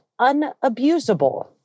unabusable